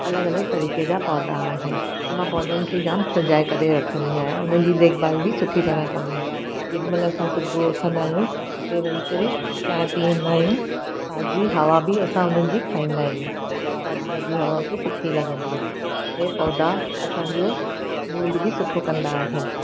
अलॻि अलॻि तरीक़े जा पौधा आहे ऐं मां पौधनि खे जामु सजाए करे रखंदी आहियां हुन जी देखभाल बि सुठी तरीक़े सां कंदी आहियां जेॾीमहिल असां सुबुह उथंदा आहियूं उते वेही करे चांहि बि पीअंदा आहियूं ताज़ी हवा बि असां हुननि जी खाईंदा आहियूं ताज़ी ताज़ी हवा उते सुठी लॻंदी आहे ऐं पौधा असांजो मूड बि सुठो कंदा आहिनि